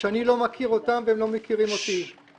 שאני לא מכיר אותם והם לא מכירים אותי;